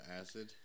acid